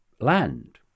land